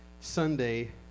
Sunday